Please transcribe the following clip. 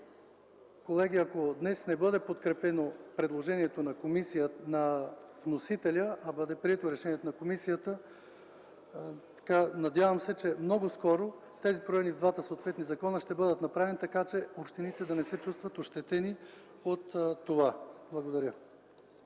Колеги, ако днес не бъде подкрепено предложението на вносителя, а бъде прието решението на комисията, надявам се, че много скоро тези промени в двата съответни закона ще бъдат направени, така че общините да не се чувстват ощетени от това. Благодаря.